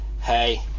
hey